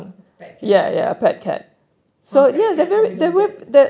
a pet cat some pet cats probably don't get